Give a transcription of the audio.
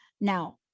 Now